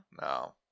No